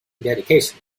dedication